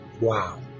Wow